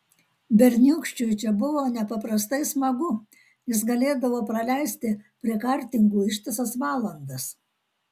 berniūkščiui čia buvo nepaprastai smagu jis galėdavo praleisti prie kartingų ištisas valandas